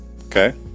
Okay